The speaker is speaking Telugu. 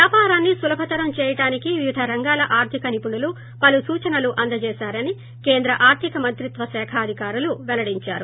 వ్యాపారాన్ని సులభతరం చేయడానికి వివిధ రంగాల ఆర్గిక నిపుణులు పలు సూచనలు అందజేశారని కేంద్ర ఆర్దిక మంత్రిత్వ శాఖ అధికారులు పెల్లడించారు